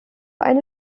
eine